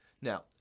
Now